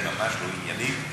היא ממש לא עניינית,